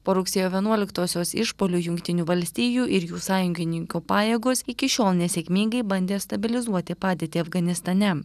po rugsėjo vienuoliktosios išpuolių jungtinių valstijų ir jų sąjungininkų pajėgos iki šiol nesėkmingai bandė stabilizuoti padėtį afganistane